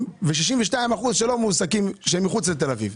אביב ו-62 אחוזים שהם מועסקים מחוץ לתל אביב,